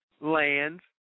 lands